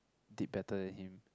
did better than him